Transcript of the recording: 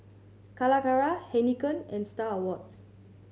Calacara Heinekein and Star Awards